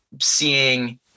Seeing